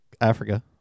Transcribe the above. Africa